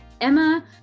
Emma